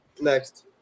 Next